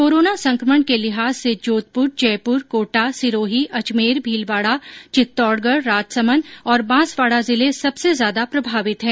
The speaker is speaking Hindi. कोरोना संकमण के लिहाज से जोधपुर जयपुर कोटा सिरोही अजमेर भीलवाड़ा चित्तौड़गढ़ राजसंमद और बांसवाड़ा जिले सबसे ज्यादा प्रभावित है